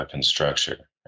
structure